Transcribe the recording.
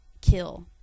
kill